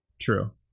True